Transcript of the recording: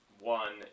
one